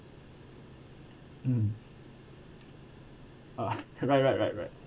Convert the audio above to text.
mm ah right right right